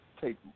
take